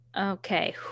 okay